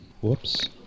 Whoops